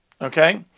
Okay